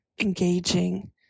engaging